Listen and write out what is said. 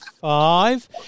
five